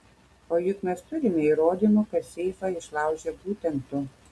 o juk mes turime įrodymų kad seifą išlaužei būtent tu